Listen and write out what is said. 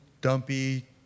dumpy